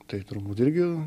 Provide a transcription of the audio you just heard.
tai turbūt irgi